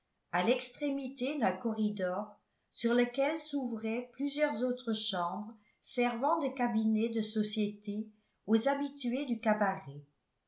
à l'extrémité d'un corridor sur lequel s'ouvraient plusieurs autres chambres servant de cabinets de société aux habitués du cabaret